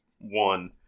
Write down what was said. one